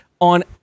on